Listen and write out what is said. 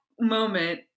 moment